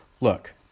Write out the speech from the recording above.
Look